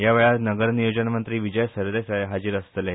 ह्या वेळार नगर नियोजन मंत्री विजय सरदेसाय हाजीर आसतले